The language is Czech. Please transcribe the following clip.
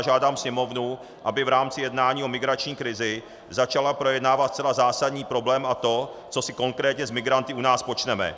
Žádám Sněmovnu, aby v rámci jednání o migrační krizi začala projednávat zcela zásadní problém, a to, co si konkrétně s migranty u nás počneme.